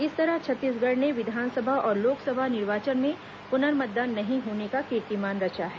इस तरह छत्तीसगढ़ ने विधानसभा और लोकसभा निर्वाचन में पुनर्मतदान नहीं होने का कीर्तिमान रचा है